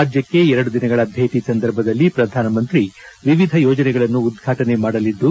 ರಾಜ್ಲಕ್ಷೆ ಎರಡು ದಿನಗಳ ಭೇಟ ಸಂದರ್ಭದಲ್ಲಿ ಪ್ರಧಾನಮಂತ್ರಿ ವಿವಿಧ ಯೋಜನೆಗಳನ್ನು ಉದ್ಘಾಟನೆ ಮಾಡಲಿದ್ದು